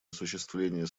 осуществления